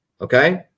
Okay